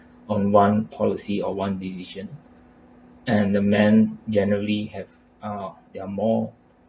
on one policy or one decision and the men generally have ah they're more